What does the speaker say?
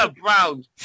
Brown